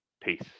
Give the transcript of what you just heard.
peace